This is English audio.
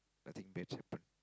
I think